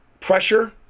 pressure